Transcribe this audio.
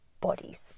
bodies